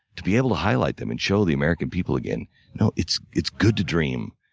to be able to highlight them and show the american people again you know it's it's good to dream,